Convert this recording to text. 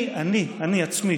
אני עצמי